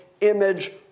image